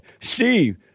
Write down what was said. Steve